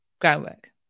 groundwork